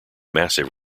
massive